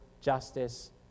justice